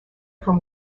from